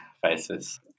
faces